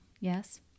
Yes